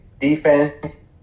defense